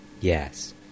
Yes